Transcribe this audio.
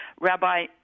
Rabbi